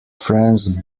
france